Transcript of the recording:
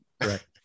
right